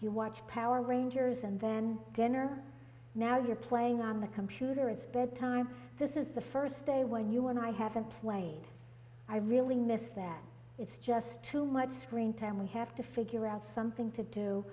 you watch power rangers and then dinner now you're playing on the computer it's bedtime this is the first day when you and i haven't played i really miss that it's just too much screen time we have to figure out something to do